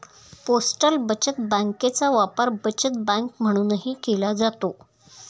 postal बचत बँकेचा वापर बचत बँक म्हणूनही केला जातो